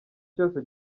cyose